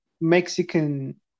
Mexican